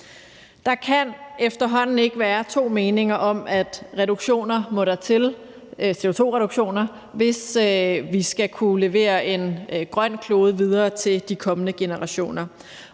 Der kan efterhånden ikke være to meninger om, at CO2-reduktioner må der til, hvis vi skal kunne levere en grøn klode videre til de kommende generationer.